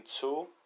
two